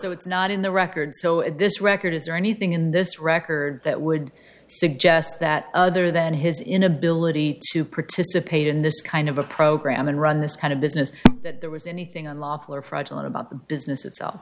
that it's not in the record so at this record is there anything in this record that would suggest that other than his inability to participate in this kind of a program and run this kind of business that there was anything unlawful or fraudulent about the business itself